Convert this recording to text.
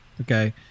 okay